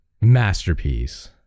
masterpiece